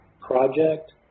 Project